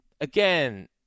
again